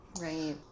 Right